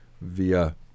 via